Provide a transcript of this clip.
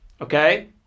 Okay